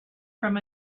from